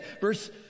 Verse